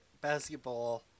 basketball